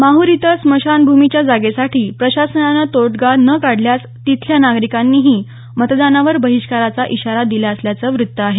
माहूर इथं स्मशानभूमीच्या जागेसाठी प्रशासनानं तोडगा न काढल्यास तिथल्या नागरिकांनीही मतदानावर बहिष्काराचा इशारा दिला असल्याचं वृत्त आहे